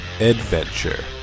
Adventure